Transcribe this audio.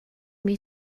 imi